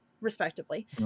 respectively